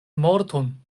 morton